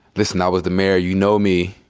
listen, i was the mayor. you know me.